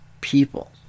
people